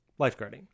lifeguarding